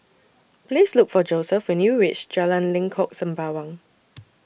Please Look For Joseph when YOU REACH Jalan Lengkok Sembawang